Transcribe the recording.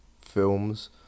films